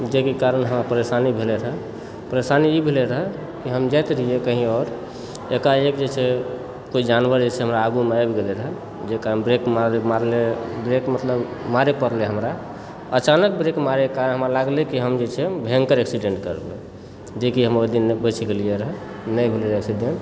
जाहिके कारण हमरा परेशानी भेल रहै परेशानी ई भेल रहै कि हम जाइत रहियै कहीं आओर एकाएक जे छै कोइ जानवर जे छै हमरा आगूमे आबि गेल रहै जाहि कारण ब्रेक मारलियै ब्रेक मतलब मारै पड़लै हमरा अचानक ब्रेक मारैकेँ कारण हमरा लागलै कि हम जे छै भयङ्कर एक्सीडेण्ट करबै जे कि हम ओहि दिन बचि गेलियै रहै नहि भेलै रहै एक्सीडेण्ट